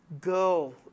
go